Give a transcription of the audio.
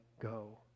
go